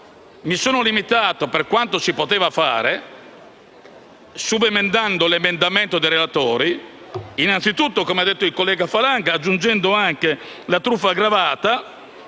mi sono limitato, per quanto si poteva fare, subemendando l'emendamento dei relatori, innanzitutto, come ha detto il collega Falanga, ad aggiungere agli altri reati